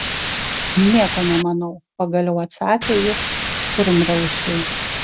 nieko nemanau pagaliau atsakė jis kurmrausiui